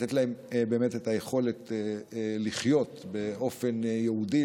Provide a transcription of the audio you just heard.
לתת להן באמת את היכולת לחיות באופן יהודי,